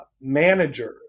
managers